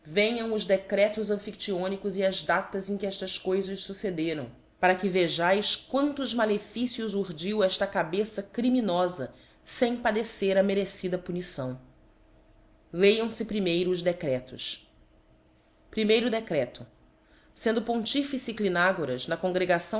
venham os decretos amphiélyonicos e as datas em que eíias coifas fuccederam para d demosthenes i vcjaes quantos malefícios urdiu eíla cabeça crimioiá lem padecer a merecida punição lêam fe primeiro os decretos primeiro decreto sendo pontifice clinagoras na congregação